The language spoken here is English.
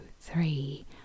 three